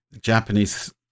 Japanese